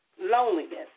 loneliness